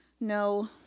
No